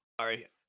Sorry